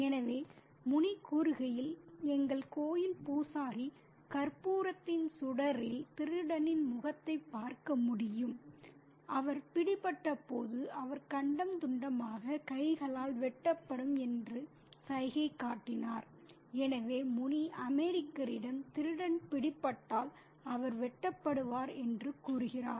எனவே முனி கூறுகையில் எங்கள் கோயில் பூசாரி கற்பூரத்தின் சுடரில் திருடனின் முகத்தை பார்க்க முடியும் அவர் பிடிபட்டபோது அவர் கண்டம் துண்டமாக கைகளால் வெட்டப்படும் என்று சைகை காட்டினார் எனவே முனி அமெரிக்கரிடம் திருடன் பிடிபட்டால் அவர் வெட்டப்படுவார் என்று கூறுகிறார்